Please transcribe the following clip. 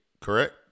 correct